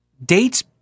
dates